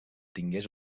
tingués